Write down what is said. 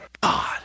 God